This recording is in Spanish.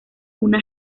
una